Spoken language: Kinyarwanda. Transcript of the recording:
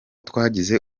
twagize